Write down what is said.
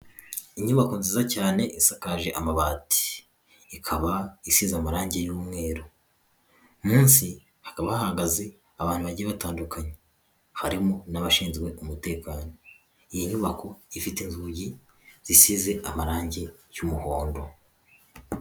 Inyubako nziza cyane isakaje amabati, ikaba isize amarangi y'umweru, munsi hakaba hahagaze abantu bagiye batandukanye, harimo n'abashinzwe umutekano. Iyo nyubako ifite inzugi zisize amarangi y'umuhondo.